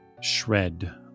shred